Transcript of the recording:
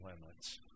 limits